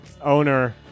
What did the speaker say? owner